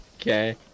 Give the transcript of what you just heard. Okay